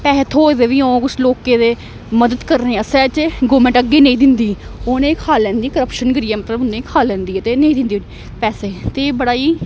पैहे थ्होए दे बी होन कु लोकें दे मदद करने च गौरमेंट अग्गें नेईं दिंदी उनेंगी खाई लैंदी क्रप्शन करियै मतलब उनेंगी खाई लैंदी ते नेईं दिंदी पैसे ते बड़ा ई